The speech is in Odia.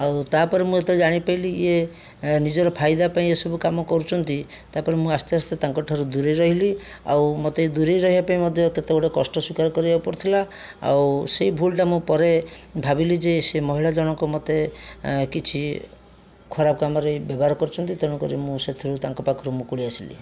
ଆଉ ତା'ପରେ ମୁଁ ଯେତେବେଳେ ଜାଣିପାରିଲି ଇଏ ନିଜର ଫାଇଦା ପାଇଁ ଏସବୁ କାମ କରୁଛନ୍ତି ତା'ପରେ ମୁଁ ଆସ୍ତେ ଆସ୍ତେ ତାଙ୍କଠାରୁ ଦୁରେଇ ରହିଲି ଆଉ ମୋତେ ଦୁରେଇ ରହିବା ପାଇଁ ମଧ୍ୟ କେତେଗୁଡ଼ିଏ କଷ୍ଟ ସ୍ୱୀକାର କରିବାକୁ ପଡ଼ିଥିଲା ଆଉ ସେହି ଭୁଲଟା ମୁଁ ପରେ ଭାବିଲି ଯେ ସେ ମହିଳା ଜଣକ ମୋତେ ଏଁ କିଛି ଖରାପ କାମରେ ବ୍ୟବହାର କରିଛନ୍ତି ତେଣୁକରି ମୁଁ ସେଥିରୁ ତାଙ୍କ ପାଖରୁ ମୁକୁଳି ଆସିଲି